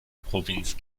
provinz